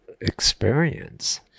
experience